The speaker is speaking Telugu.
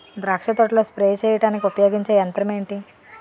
ద్రాక్ష తోటలో స్ప్రే చేయడానికి ఉపయోగించే యంత్రం ఎంటి?